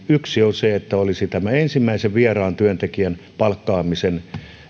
yksi on se että olisi ensimmäisen vieraan työntekijän palkkaamisen